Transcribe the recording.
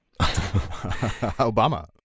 Obama